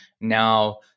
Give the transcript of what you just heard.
now